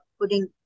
putting